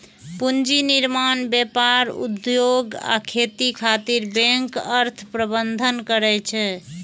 पूंजी निर्माण, व्यापार, उद्योग आ खेती खातिर बैंक अर्थ प्रबंधन करै छै